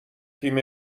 تیم